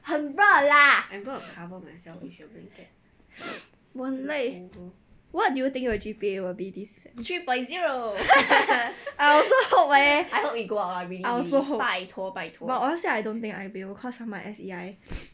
three point zero I hope it go up lah really really 拜托拜托